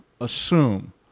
assume